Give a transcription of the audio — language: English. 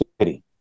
City